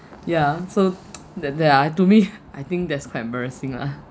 yeah so that that uh to me I think that's quite embarrassing lah